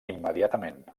immediatament